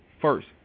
first